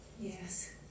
Yes